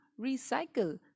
recycle